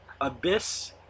Abyss